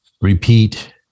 repeat